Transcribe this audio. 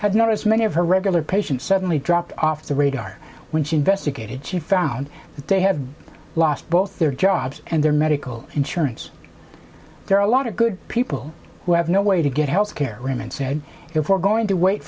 had not as many of her regular patients suddenly dropped off the radar when she investigated she found that they had lost both their jobs and their medical insurance there are a lot of good people who have no way to get health care room and said if we're going to wait